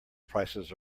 prices